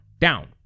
down